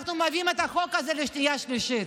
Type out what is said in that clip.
אנחנו מביאים את החוק הזה לשנייה ושלישית.